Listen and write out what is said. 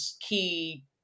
key